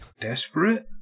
Desperate